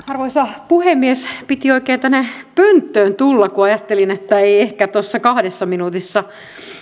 arvoisa puhemies piti oikein tänne pönttöön tulla kun ajattelin että ei ehkä tuossa kahdessa minuutissa